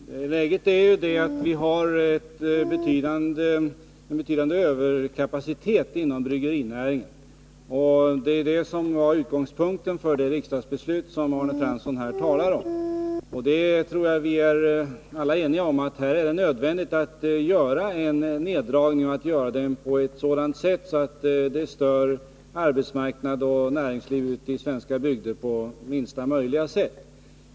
Herr talman! Läget är ju det att vi har en betydande överkapacitet inom bryggerinäringen. Det är det som var utgångspunkten för det riksdagsbeslut som Arne Fransson här talar om. Jag tror att vi alla är eniga om att det är nödvändigt att göra en neddragning och att göra den på ett sådant sätt att det stör arbetsmarknaden och näringslivet ute i svenska bygder på minsta möjliga sätt.